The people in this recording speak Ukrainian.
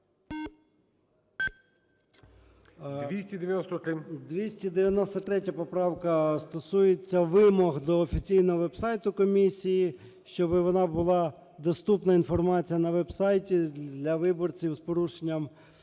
293 поправка стосується вимог до офіційного веб-сайту комісії, щоби вона була доступна, інформація на веб-сайті для виборців з порушенням